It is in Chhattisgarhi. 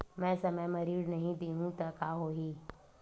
मैं समय म ऋण नहीं देहु त का होही